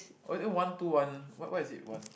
or is it one two one why why is it one